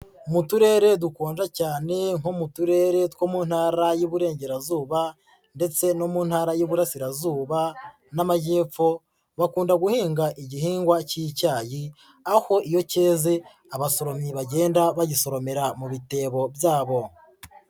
Mu turere dukunda cyane nko mu turere two mu ntara y'Iburengerazuba ndetse no mu ntara y'Iburasirazuba n'amajyepfo, bakunda guhinga igihingwa cy'icyayi, aho iyo cyeze abasoromyi bagenda bagisoromera mu bitebo byabo.